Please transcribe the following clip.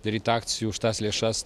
daryt akcijų už tas lėšas